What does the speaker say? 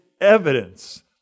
evidence